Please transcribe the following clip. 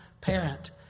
parent